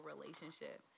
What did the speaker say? relationship